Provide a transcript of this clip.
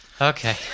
Okay